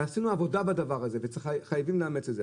עשינו עבודה בעניין הזה וחייבים לאמץ את זה.